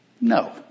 No